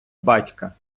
батька